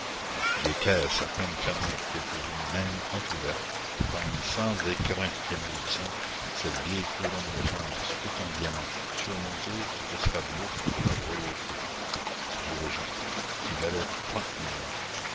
dans des caisses à peine fermées quelques-unes même entr'ouvertes parmi cent écrins éblouissants cette vieille couronne de france toute en diamants surmontée de l'escarboucle de la royauté du régent qui valait trente millions